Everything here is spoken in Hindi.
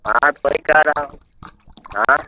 हँ तो पैसा हाँ